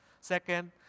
Second